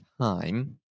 time